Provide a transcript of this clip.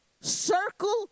circle